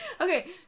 Okay